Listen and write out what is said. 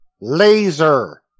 Laser